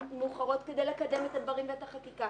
מאוחרות כדי לקדם את הדברים ואת החקיקה.